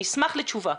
אני אשמח לתשובה.